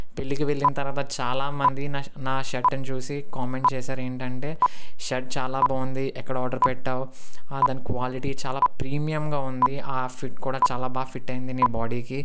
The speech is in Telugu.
పెళ్ళికి వెళ్ళిన తరువాత చాలా మంది నా షర్ట్ని చూసి కామెంట్ చేసారు ఏంటి అంటే షర్ట్ చాలా బాగుంది ఎక్కడ ఆర్డర్ పెట్టావు దాని క్వాలిటీ చాలా ప్రీమియంగా ఉందీ ఆ ఫిట్ కూడా చాలా బాగా ఫిట్ అయ్యింది నీ బాడీకి